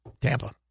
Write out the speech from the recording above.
Tampa